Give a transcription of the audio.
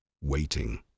waiting